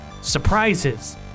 surprises